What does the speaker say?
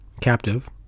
captive